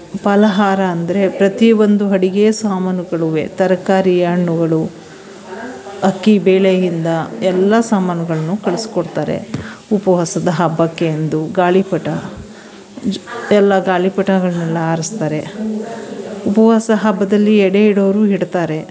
ಫಲಹಾರ ಅಂದರೆ ಪ್ರತಿಯೊಂದು ಅಡುಗೆ ಸಾಮಾನುಗಳು ತರಕಾರಿ ಹಣ್ಣುಗಳು ಅಕ್ಕಿ ಬೇಳೆಯಿಂದ ಎಲ್ಲ ಸಾಮಾನುಗಳನ್ನೂ ಕಳಿಸ್ಕೊಡ್ತಾರೆ ಉಪವಾಸದ ಹಬ್ಬಕ್ಕೆ ಎಂದು ಗಾಳಿಪಟ ಎಲ್ಲ ಗಾಳಿಪಟಗಳನ್ನೆಲ್ಲ ಹಾರಿಸ್ತಾರೆ ಉಪವಾಸ ಹಬ್ಬದಲ್ಲಿ ಎಡೆ ಇಡೋವ್ರು ಇಡ್ತಾರೆ